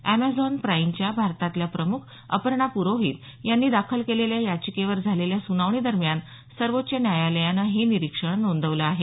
Amazon प्राईमच्या भारतातल्या प्रमुख अपर्णा पुरोहित यांनी दाखल केलेल्या याचिकेवर झालेल्या स्नावणीदरम्यान सर्वोच्च न्यायालयानं हे निरीक्षण नोंदवलं आहे